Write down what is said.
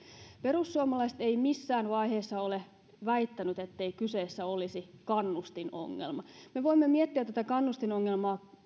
perussuomalaiset eivät missään vaiheessa ole väittäneet ettei kyseessä olisi kannustinongelma me voimme miettiä tätä kannustinongelmaa